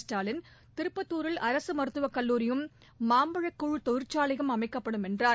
ஸ்டாலின் திருப்பத்தூரில் அரக மருத்துவக்கல்லூரியும் மாம்பழக்கூழ் தொழிற்சாலையும் அமைக்கப்படும் என்றார்